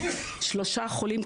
שלושה חולים.